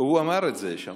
הוא אמר את זה, שמענו.